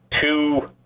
two